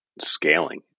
scaling